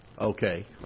Okay